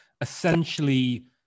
essentially